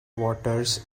waters